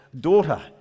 Daughter